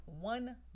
One